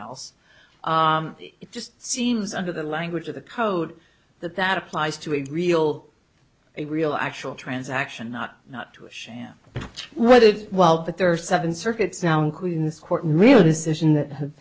else it just seems under the language of the code that that applies to a real a real actual transaction not not to a sham whether while but there are seven circuits now in queens court real decision that has